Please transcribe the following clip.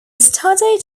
studied